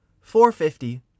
Four-fifty